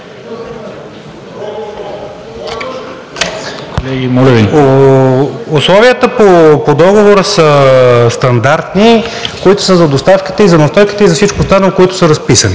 Условията по Договора са стандартни, които са за доставката и за неустойките, и за всичко останало, което е разписано.